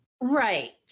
Right